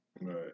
Right